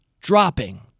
dropping